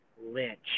Lynch